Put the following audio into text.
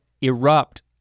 erupt